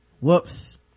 whoops